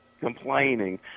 complaining